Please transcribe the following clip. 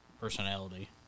personality